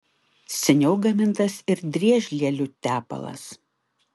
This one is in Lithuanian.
seniau gamintas ir driežlielių tepalas